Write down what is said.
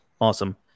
Awesome